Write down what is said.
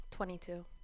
22